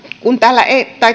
kun täällä